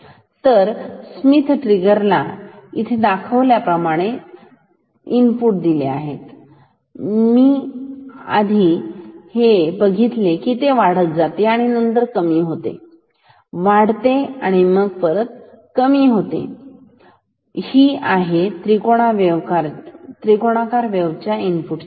तर स्मिथ ट्रिगरला इथे दाखविल्याप्रमाणे इनपुट दिले असेल हे आधी वाढत जाते नंतर कमी होते वाढते मग कमी होते ही आहे त्रिकोणाकार वेव्हच्या इनपुट ची वेळ